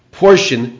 portion